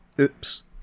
Oops